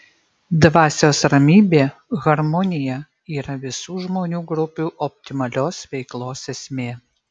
dvasios ramybė harmonija yra visų žmonių grupių optimalios veiklos esmė